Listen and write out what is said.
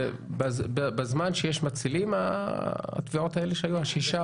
-- בזמן שיש מצילים היו הטביעות של השישה או השבעה?